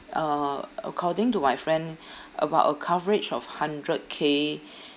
uh according to my friend about a coverage of hundred k